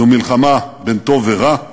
זו מלחמה בין טוב ורע,